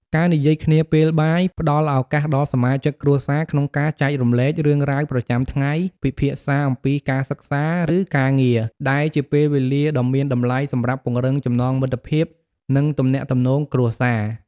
ការនិយាយគ្នាពេលបាយ ផ្តល់ឱកាសដល់សមាជិកគ្រួសារក្នុងការចែករំលែករឿងរ៉ាវប្រចាំថ្ងៃ ពិភាក្សាអំពីការសិក្សា ឬការងារ ដែលជាពេលវេលាដ៏មានតម្លៃសម្រាប់ពង្រឹងចំណងមិត្តភាព និងទំនាក់ទំនងគ្រួសារ។